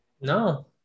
No